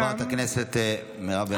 חברת הכנסת מירב בן ארי,